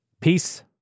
Peace